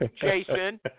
Jason